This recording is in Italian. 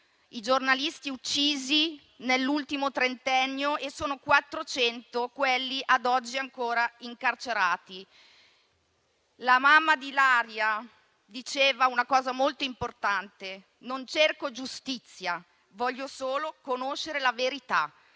i giornalisti uccisi nell'ultimo trentennio e sono 400 quelli ad oggi ancora incarcerati. La mamma di Ilaria diceva una cosa molto importante: non cerco giustizia, voglio solo conoscere la verità.